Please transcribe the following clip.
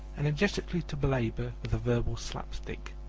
energetically to belabor with a verbal slap-stick.